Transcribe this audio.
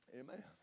Amen